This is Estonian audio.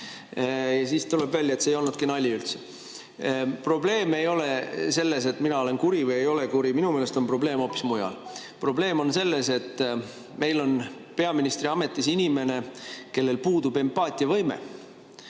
Ja siis tuleb välja, et see ei olnudki üldse nali. Probleem ei ole selles, et mina olen kuri või ei ole kuri, minu meelest on probleem hoopis mujal. Probleem on selles, et meil on peaministriametis inimene, kellel puudub empaatiavõime,